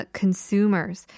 consumers